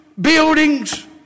buildings